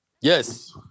Yes